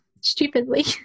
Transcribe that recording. stupidly